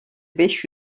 beş